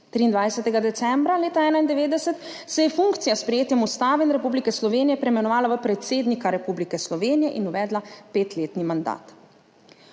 23. decembra leta 1991 se je funkcija s sprejetjem Ustave Republike Slovenije preimenovala v predsednika Republike Slovenije in uvedla petletni mandat.